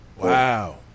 Wow